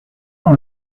dans